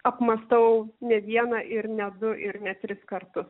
apmąstau ne vieną ir ne du ir ne tris kartus